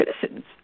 citizens